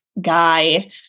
Guy